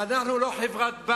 ואנחנו לא חברה-בת